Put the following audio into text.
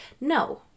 No